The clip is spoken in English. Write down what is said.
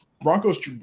Broncos